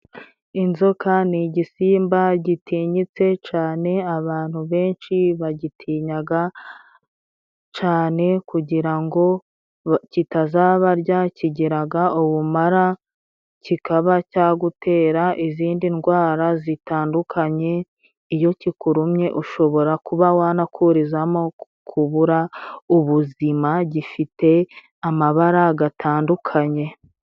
Inzoka ni igisimba gitinyitse cane, abantu benshi bagitinyaga cane kugira ngo ba...kitazabarya, kigiraga ubumara kikaba cyagutera izindi ndwara zitandukanye, iyo kikurumye ushobora kuba wanakurizamo kubura ubuzima, gifite amabara gatandukanye.